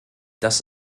das